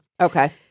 Okay